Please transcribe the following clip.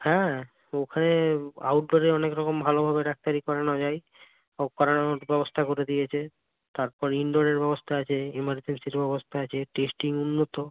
হ্যাঁ ওখানে আউটডোরে অনেক রকম ভালোভাবে ডাক্তারি করানো যায় সব করানোর ব্যবস্থা করে দিয়েছে তারপর ইনডোরের ব্যবস্থা আছে এমারজেন্সিরও ব্যবস্থা আছে টেস্টিং উন্নত